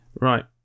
Right